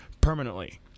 permanently